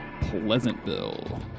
Pleasantville